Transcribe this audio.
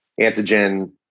Antigen